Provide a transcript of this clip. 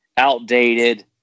outdated